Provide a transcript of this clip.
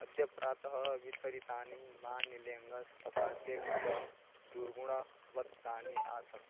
अद्य प्रातः वितरितानि मा निलेङ्गस् तथा केक्स् च दुर्गुणवत्तानि आसन्